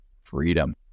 freedom